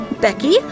Becky